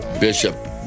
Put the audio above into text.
Bishop